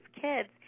kids